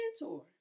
mentor